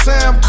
Sam